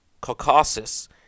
Caucasus